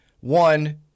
One